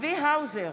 צבי האוזר,